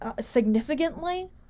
significantly